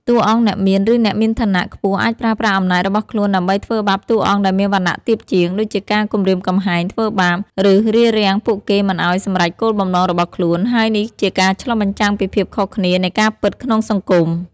តួអង្គអ្នកមាន ឬអ្នកមានឋានៈខ្ពស់អាចប្រើប្រាស់អំណាចរបស់ខ្លួនដើម្បីធ្វើបាបតួអង្គដែលមានវណ្ណៈទាបជាង ដូចជាការគំរាមកំហែង ធ្វើបាប ឬរារាំងពួកគេមិនឱ្យសម្រេចគោលបំណងរបស់ខ្លួន ហើយនេះជាការឆ្លុះបញ្ចាំងពីភាពខុសគ្នានៃការពិតក្នុងសង្គម។